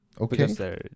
Okay